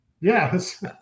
Yes